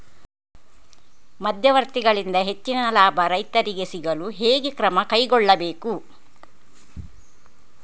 ಮಧ್ಯವರ್ತಿಗಳಿಂದ ಹೆಚ್ಚಿನ ಲಾಭ ರೈತರಿಗೆ ಸಿಗಲು ಹೇಗೆ ಕ್ರಮ ಕೈಗೊಳ್ಳಬೇಕು?